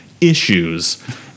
issues